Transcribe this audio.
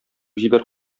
җибәр